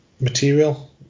material